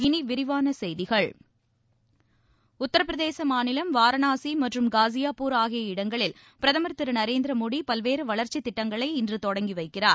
இனி விரிவான செய்திகள் உத்தரபிரதேசம் மாநிலம் வாரணாசி மற்றும் காஸியாப்பூர் ஆகிய இடங்களில் பிரதமர் திரு நரேந்திர மோடி பல்வேறு வளர்ச்சித் திட்டங்களை இன்று தொடங்கி வைக்கிறார்